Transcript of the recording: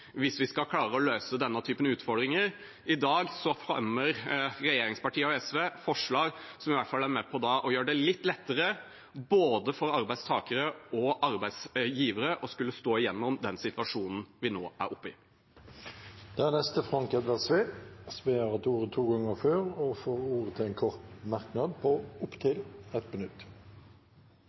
hvis vi skal klare å løse denne typen utfordringer. I dag fremmer regjeringspartiene og SV forslag som i hvert fall er med på å gjøre det litt lettere både for arbeidstakere og arbeidsgivere å skulle stå i den situasjonen vi nå er i. Frank Edvard Sve har hatt ordet to ganger tidligere og får ordet til en kort merknad, begrenset til 1 minutt.